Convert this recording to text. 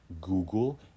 Google